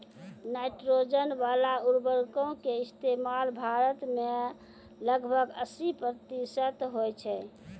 nitrogen बाला उर्वरको के इस्तेमाल भारत मे लगभग अस्सी प्रतिशत होय छै